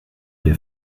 der